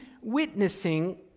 witnessing